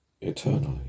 eternally